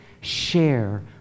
share